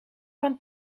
van